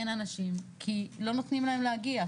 אין אנשים כי לא נותנים להם להגיע,